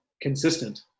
consistent